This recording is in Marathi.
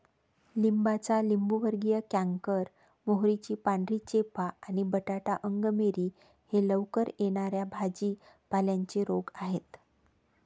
लिंबाचा लिंबूवर्गीय कॅन्कर, मोहरीची पांढरी चेपा आणि बटाटा अंगमेरी हे लवकर येणा या भाजी पाल्यांचे रोग आहेत